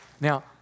Now